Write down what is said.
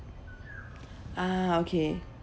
ah okay